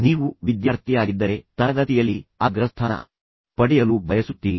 ನೀವು ವಿದ್ಯಾರ್ಥಿಯಾಗಿದ್ದರೆ ನೀವು ನಿಮ್ಮ ತರಗತಿಯಲ್ಲಿ ಅಗ್ರಸ್ಥಾನ ಪಡೆಯಲು ಬಯಸುತ್ತೀರಿ